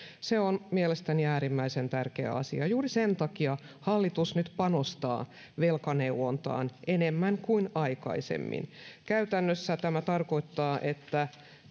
se on mielestäni äärimmäisen tärkeä asia ja juuri sen takia hallitus nyt panostaa velkaneuvontaan enemmän kuin aikaisemmin käytännössä tämä tarkoittaa että